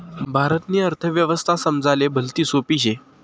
भारतनी अर्थव्यवस्था समजाले भलती सोपी शे